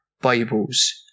Bibles